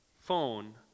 phone